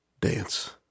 Dance